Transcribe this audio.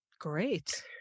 Great